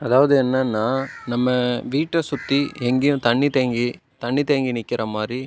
அதாவது என்னென்னா நம்ம வீட்டை சுற்றி எங்கேயும் தண்ணி தேங்கி தண்ணி தேங்கி நிற்கிற மாதிரி